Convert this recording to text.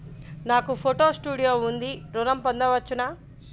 నాకు photo studio ఉంది ఋణం పొంద వచ్చునా?